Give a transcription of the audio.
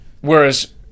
Whereas